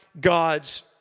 God's